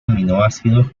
aminoácidos